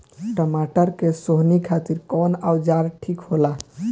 टमाटर के सोहनी खातिर कौन औजार ठीक होला?